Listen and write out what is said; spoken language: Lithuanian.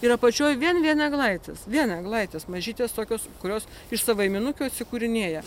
ir apačioj vien vien eglaitės vien eglaitės mažytės tokios kurios iš savaiminukių atsikūrinėja